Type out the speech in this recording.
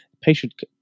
patient